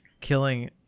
killing